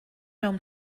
mewn